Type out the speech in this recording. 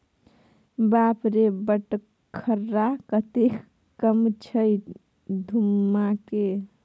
बाप रे बटखरा कतेक कम छै धुम्माके